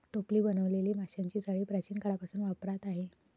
टोपली बनवलेली माशांची जाळी प्राचीन काळापासून वापरात आहे